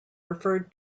referred